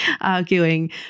arguing